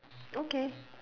okay